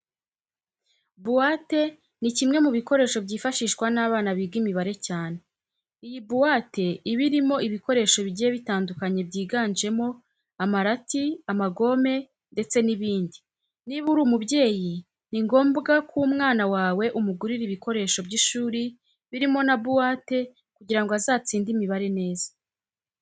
Buwate ni kimwe mu bikoresho byifashishwa n'abana biga imibare cyane. Iyi buwate iba irimo ibikoresho bigiye bitandukanye byiganjemo amarati, amagome ndetse n'ibindi. Niba uri umubyeyi ni ngombwa ko umwana wawe umugurira ibikoresho by'ishuri birimo na buwate kugira ngo azatsinde imibare neza.